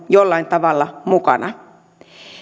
jollain tavalla mukana